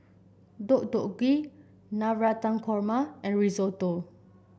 Deodeok Gui Navratan Korma and Risotto